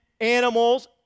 animals